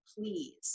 please